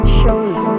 shows